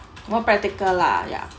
more practical lah ya